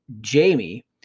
Jamie